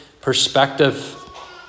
perspective